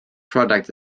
product